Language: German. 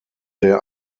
der